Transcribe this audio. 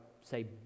say